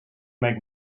make